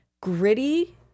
gritty